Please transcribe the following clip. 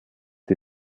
die